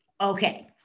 Okay